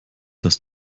das